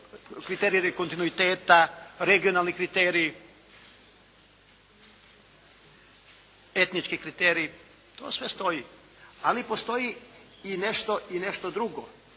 kriteriji rekontinuiteta, regionalni kriteriji, etnički kriteriji. To sve stoji. Ali postoji i nešto drugo.